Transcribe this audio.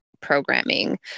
programming